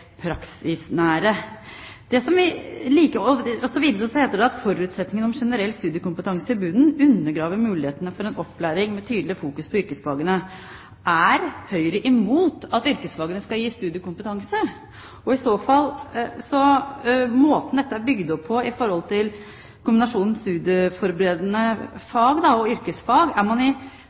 heter det at forutsetningen om generell studiekompetanse i bunnen undergraver muligheten for en opplæring med tydelig fokus på yrkesfagene. Er Høyre imot at yrkesfagene skal gis studiekompetanse? I så fall: Er måten dette er bygd opp på i kombinasjonen studieforberedende fag og yrkesfag ikke god nok i forhold til Kunnskapsløftet og det man var inne på sist? Det er